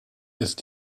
ist